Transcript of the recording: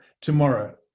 tomorrow